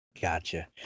Gotcha